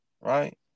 right